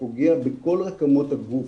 שפוגע בכל רקמות הגוף,